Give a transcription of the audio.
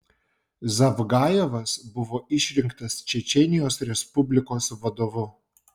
zavgajevas buvo išrinktas čečėnijos respublikos vadovu